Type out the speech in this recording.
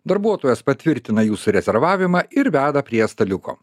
darbuotojas patvirtina jūsų rezervavimą ir veda prie staliuko